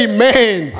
Amen